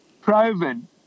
proven